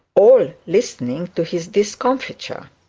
all listening to his discomfiture.